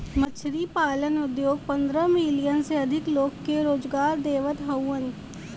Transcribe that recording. मछरी पालन उद्योग पंद्रह मिलियन से अधिक लोग के रोजगार देवत हउवन